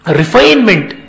refinement